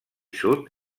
sud